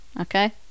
okay